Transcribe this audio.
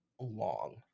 long